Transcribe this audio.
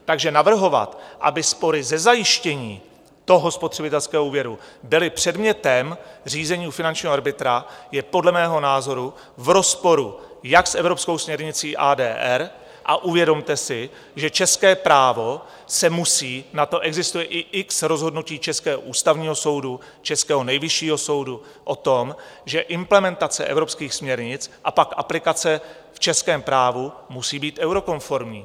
Takže navrhovat, aby spory ze zajištění spotřebitelského úvěru byly předmětem k řízení u finančního arbitra, je podle mého názoru v rozporu jak s evropskou směrnicí ADR, a uvědomte si, že české právo se musí na to existuje i x rozhodnutí Ústavního soudu, Českého nejvyššího soudu o tom že implementace evropských směrnic a pak aplikace v českém právu musí být eurokonformní.